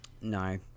No